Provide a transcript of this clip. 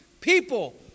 people